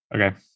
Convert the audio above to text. Okay